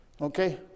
Okay